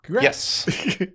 Yes